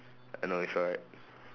I know it's alright